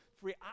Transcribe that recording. free